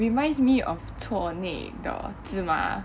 reminds me of 厝内的芝麻